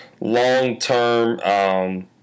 long-term